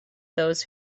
those